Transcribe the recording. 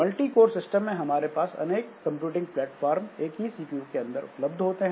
multicore system में हमारे पास अनेक कंप्यूटिंग प्लेटफार्म एक ही सीपीयू के अंदर उपलब्ध होते हैं